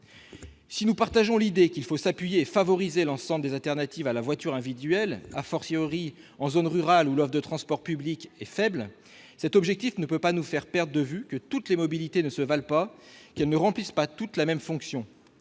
Si nous partageons l'idée qu'il faut s'appuyer et favoriser l'ensemble des solutions alternatives à la voiture individuelle, en zone rurale, où l'offre de transport public est faible, cet objectif ne peut pas nous faire perdre de vue que toutes les mobilités ne se valent pas, qu'elles ne remplissent pas toutes la même fonction.